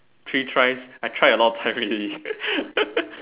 three tries I tried a lot times already